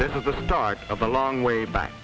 this is the start of a long way back